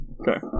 Okay